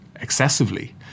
excessively